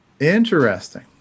Interesting